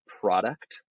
product